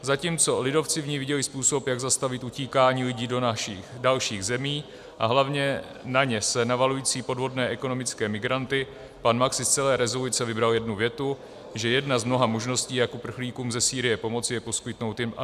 Zatímco lidovci v ní viděli způsob, jak zastavit utíkání lidí do dalších zemí a hlavně na ně se navalující podvodné ekonomické migranty, pan Mach si z celé rezoluce vybral jednu větu, že jedna z mnoha možností, jak uprchlíkům ze Sýrie pomoci, je poskytnout jim azyl.